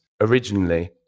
originally